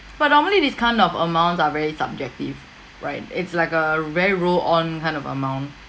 but normally these kind of amounts are very subjective right it's like a very roll-on kind of amount